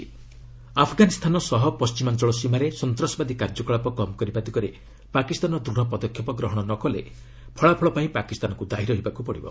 US Pak extremists Afghanistan ସହ ପଣ୍ଟିମାଞ୍ଚଳ ସୀମାରେ ସନ୍ତ୍ରାସବାଦୀ କାର୍ଯ୍ୟକଳାପ କମ୍ କରିବା ଦିଗରେ ପାକିସ୍ତାନ ଦୃଢ଼ ପଦକ୍ଷେପ ଗ୍ରହଣ ନକଲେ ଫଳାଫଳ ପାଇଁ ପାକିସ୍ତାନକୁ ଦାୟୀ ରହିବାକୁ ହେବ